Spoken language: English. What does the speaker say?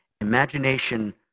imagination